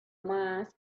mine